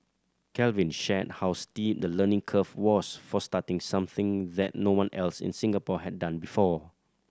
Calvin shared how steep the learning curve was for starting something that no one else in Singapore had done before